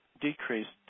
decreased